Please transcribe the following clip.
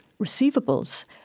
receivables